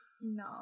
No